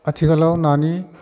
आथिखालाव नानि